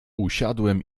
usiadłem